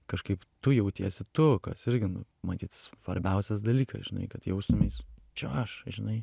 kažkaip tu jautiesi tu kas irgi matyt svarbiausias dalykas žinai kad jaustumeis čia aš žinai